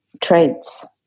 traits